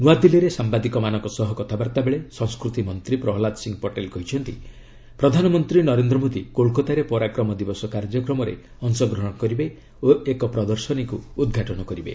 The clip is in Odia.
ନୂଆଦିଲ୍ଲୀରେ ସାମ୍ବାଦିକମାନଙ୍କ ସହ କଥାବାର୍ତ୍ତା ବେଳେ ସଂସ୍କୃତି ମନ୍ତ୍ରୀ ପ୍ରହଲ୍ଲାଦ ସିଂହ ପଟେଲ କହିଛନ୍ତି ପ୍ରଧାନମନ୍ତ୍ରୀ ନରେନ୍ଦ୍ର ମୋଦୀ କୋଲକାତାରେ ପରାକ୍ମ ଦିବସ କାର୍ଯ୍ୟକ୍ମରେ ଅଶଗ୍ହଣ କରିବେ ଓ ଏକ ପ୍ରଦର୍ଶନୀକୁ ଉଦ୍ଘାଟନ କରିବେ